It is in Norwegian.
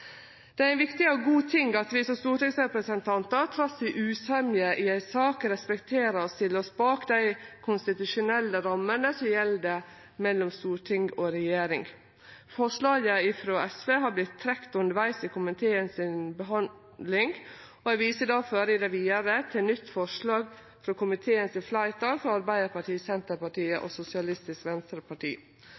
Det er ein viktig og god ting at vi som stortingsrepresentantar trass i usemje i ei sak respekterer og stiller oss bak dei konstitusjonelle rammene som gjeld mellom storting og regjering. Forslaget frå SV har vorte trekt undervegs i komiteen si behandling, og eg viser difor i det vidare til nytt forslag frå komiteen sitt fleirtal, frå Arbeidarpartiet, Senterpartiet og Sosialistisk Venstreparti.